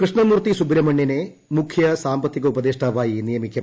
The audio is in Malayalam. കൃഷ്ണമൂർത്തി സൂബ്രഹ്മണ്യനെ മുഖ്യ സാമ്പത്തിക ഉപദേഷ്ടാവായി നിയമിക്കും